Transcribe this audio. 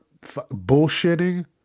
bullshitting